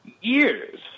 years